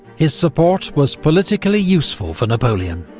his support was politically useful for napoleon.